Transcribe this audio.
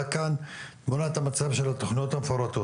כאן תמונת המצב של התוכניות המפורטות.